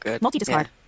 multi-discard